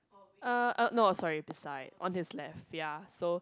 uh uh no sorry beside on his left ya so